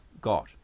got